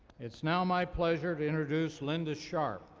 it's now my pleasure to introduce linda sharpe,